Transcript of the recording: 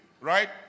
right